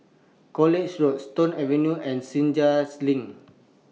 College Road Stone Avenue and Senja's LINK